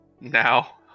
Now